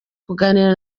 kuganira